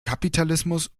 kapitalismus